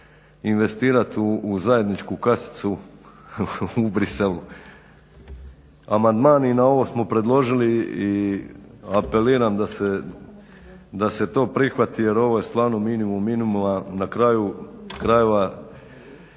investirati u zajedničku kasicu u Bruxellesu. Amandman i na ovo smo predložili i apeliram da se to prihvati jer ovo je stvarno minimum minimuma, na kraju krajeva